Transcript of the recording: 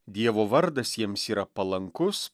dievo vardas jiems yra palankus